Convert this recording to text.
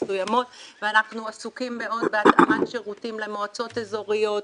מסוימות ואנחנו עסוקים מאוד בהתאמת שירותים למועצות אזוריות,